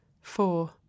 Four